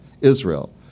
Israel